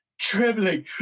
trembling